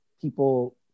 people